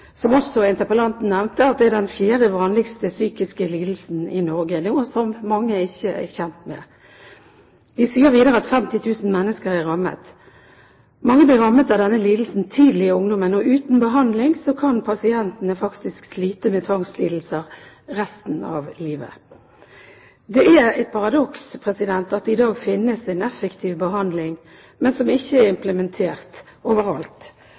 som også interpellanten nevnte – at det er den fjerde vanligste psykiske lidelsen i Norge. Det er noe mange ikke er kjent med. De sier videre at 50 000 mennesker er rammet. Mange blir rammet av denne lidelsen tidlig i ungdommen, og uten behandling kan pasientene slite med tvangslidelser resten av livet. Det er et paradoks at det i dag finnes en effektiv behandling, men den er ikke implementert overalt